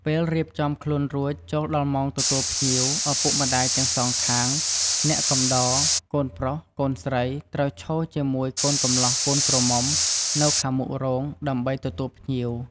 ពេលរៀបចំខ្លួនរួចចូលដល់ម៉ោងទទួលភ្ញៀវ ឪពុកម្តាយទាំងសងខាង អ្នកកំដរកូនប្រុសកូនស្រីត្រូវឈរជាមួយកូនកម្លោះកូនក្រមុំនៅខាងមុខរោងដើម្បីទទួលភ្ញៀវ។